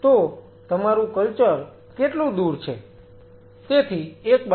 તો તમારું કલ્ચર કેટલુ દૂર છે